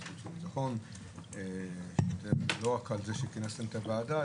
החוץ והביטחון לא רק על זה שכינסתם את הוועדה,